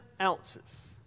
ounces